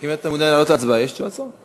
אם אתה מעוניין להעלות להצבעה, יש תשובת שר.